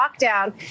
lockdown